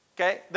Okay